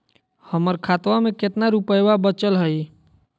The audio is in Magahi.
हमर खतवा मे कितना रूपयवा बचल हई?